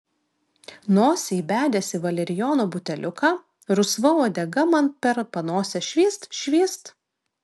nosį įbedęs į valerijono buteliuką rusva uodega man per panosę švyst švyst